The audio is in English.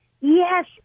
Yes